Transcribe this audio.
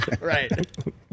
Right